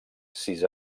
sis